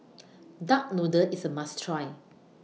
Duck Noodle IS A must Try